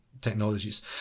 technologies